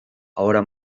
ahora